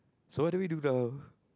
so what do we do now